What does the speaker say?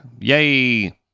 Yay